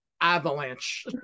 avalanche